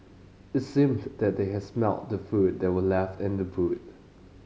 it seemed that they had smelt the food that were left in the boot